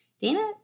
Dana